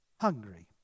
hungry